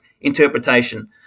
interpretation